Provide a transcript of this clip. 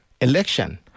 election